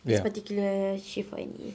this particular shift for N_E_A